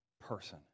person